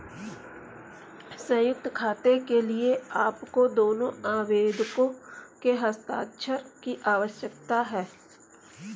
संयुक्त खाते के लिए आपको दोनों आवेदकों के हस्ताक्षर की आवश्यकता है